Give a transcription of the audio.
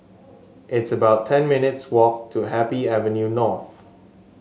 it's about ten minutes' walk to Happy Avenue North